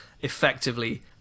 effectively